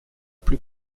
plus